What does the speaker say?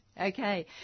Okay